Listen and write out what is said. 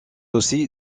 aussi